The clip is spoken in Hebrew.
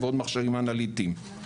ועוד מכשירים אנליטיים.